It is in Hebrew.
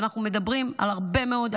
ואנחנו מדברים על הרבה מאוד,